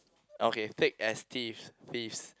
okay tick as thieves please